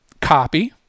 copy